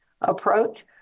approach